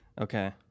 Okay